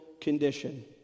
condition